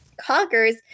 conquers